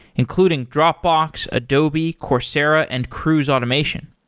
including dropbox, adobe, coursera and cruise automation.